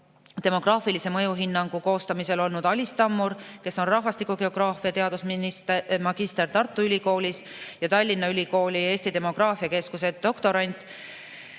demograafilise mõju hinnangu koostamisel kaasautor olnud Alis Tammur, kes on rahvastikugeograafia teadusmagister Tartu Ülikoolis ja Tallinna Ülikooli Eesti demograafia keskuse doktorant.